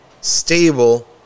stable